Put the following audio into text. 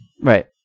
Right